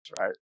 Right